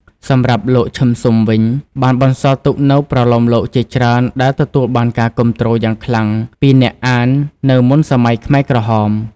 សម្រាប់់លោក ឈឹម ស៊ុម វិញ បានបន្សល់ទុកនូវប្រលោមលោកជាច្រើនដែលទទួលបានការគាំទ្រយ៉ាងខ្លាំងពីអ្នកអាននៅមុនសម័យខ្មែរក្រហម។